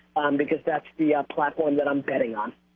because that's the platform that i'm betting on.